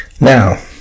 now